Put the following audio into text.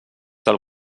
del